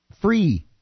Free